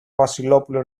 βασιλόπουλο